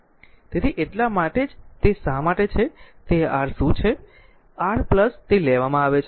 તેથી એટલા માટે જ તે શા માટે છે તે r શું છે r તે લેવામાં આવે છે અને તે અવાજને લેવામાં આવે છે